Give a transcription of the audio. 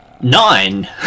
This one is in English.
Nine